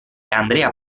andrea